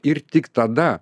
ir tik tada